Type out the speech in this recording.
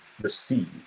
receive